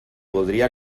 voldria